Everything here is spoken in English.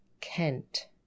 Kent